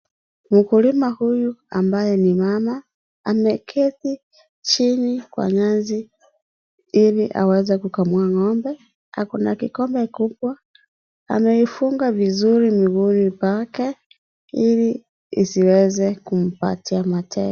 Mkulima huyu ambaye ni mama ameketi chini kwa nyasi ili aweze kukamua ngombe, ako na kikombe kubwa, ameifunga vizuri miguuni pake ili isiweze kumpatia mateke.